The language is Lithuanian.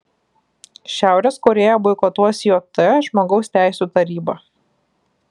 šiaurės korėja boikotuos jt žmogaus teisių tarybą